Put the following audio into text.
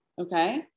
Okay